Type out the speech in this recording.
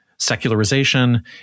Secularization